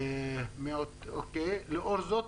לאור זאת,